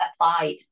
applied